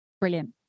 Brilliant